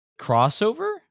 crossover